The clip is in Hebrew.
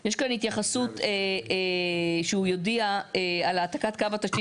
יש כאן התייחסות שהוא יודיע על העתקת קו התשתית